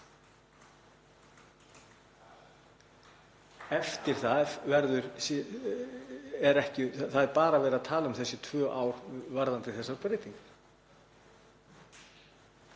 2022. Það er bara verið að tala um þessi tvö ár varðandi þessar breytingar.